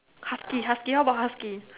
huskies huskies all about huskies